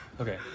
Okay